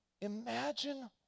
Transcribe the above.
Imagine